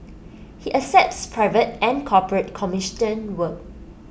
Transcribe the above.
he accepts private and corporate commissioned work